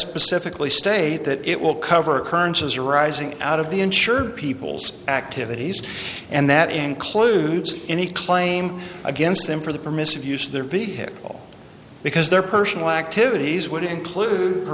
specifically state that it will cover occurrences arising out of the insured people's activities and that includes any claim against them for the permissive use of their vehicle because their personal activities would include per